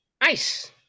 ice